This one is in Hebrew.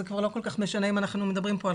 אז זה כבר לא כל כך משנה אם אנחנו מדברים פה על